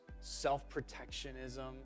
self-protectionism